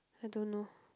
I don't know